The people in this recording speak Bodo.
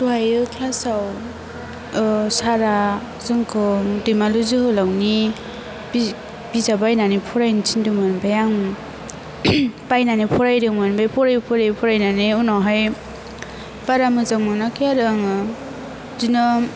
दहायो क्लासाव ओह सारा जोंखौ दैमालु जोहोलावनि बिजाब बायनानै फरायनो थिन्दोंमोन ओमफाय आं बायनानै फरायदोंमोन बे फरायै फरायै फरायनानै उनावहाय बारा मोजां मोनाखै आरो आङो बिदिनो